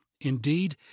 Indeed